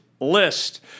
list